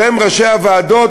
שהם ראשי הוועדות,